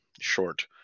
short